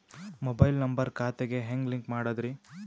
Mobile number ಖಾತೆ ಗೆ ಹೆಂಗ್ ಲಿಂಕ್ ಮಾಡದ್ರಿ?